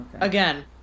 Again